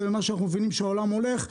כבר לאן שאנחנו מבינים שהעולם הולך,